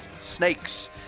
Snakes